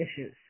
issues